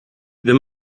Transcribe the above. wenn